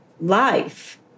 life